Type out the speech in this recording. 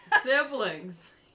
Siblings